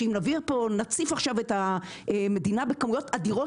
שאם נציף עכשיו את המדינה בכמויות אדירות